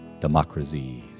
democracies